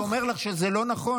אני אומר לך שזה לא נכון.